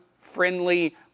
friendly